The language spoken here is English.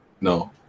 No